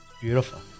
Beautiful